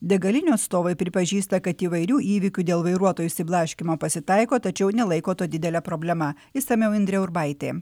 degalinių atstovai pripažįsta kad įvairių įvykių dėl vairuotojų išsiblaškymo pasitaiko tačiau nelaiko to didele problema išsamiau indrė urbaitė